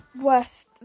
worst